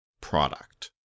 product